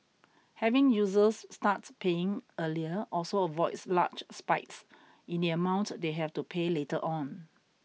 having users start paying earlier also avoids large spikes in the amount they have to pay later on